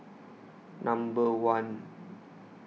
Number one